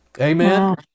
Amen